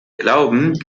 glauben